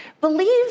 Believe